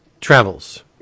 travels